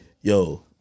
yo